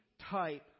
type